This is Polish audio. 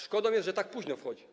Szkodą jest, że tak późno wchodzi.